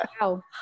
wow